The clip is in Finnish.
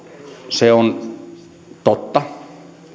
se on totta